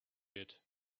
did